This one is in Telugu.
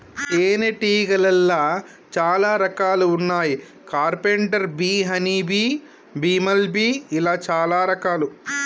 తేనే తీగలాల్లో చాలా రకాలు వున్నాయి carpenter bee honey bee, bumble bee ఇలా చాలా రకాలు